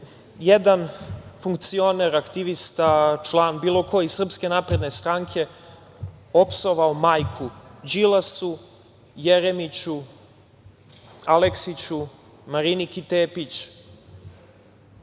jedan funkcioner, aktivista, član, bilo ko iz Srpske napredne stranke opsovao majku Đilasu, Jeremiću, Aleksiću, Mariniki Tepić